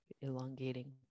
elongating